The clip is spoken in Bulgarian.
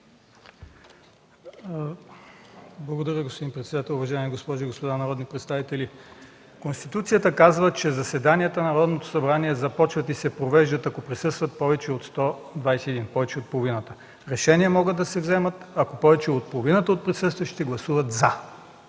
Благодаря, господин председател. Уважаеми госпожи и господа народни представители, Конституцията казва, че заседанията на Народното събрание започват и се провеждат, ако присъстват повече от 121 души, тоест повече от половината. Решения могат да се вземат, ако повече от половината присъстващи гласуват „за”.